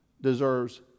deserves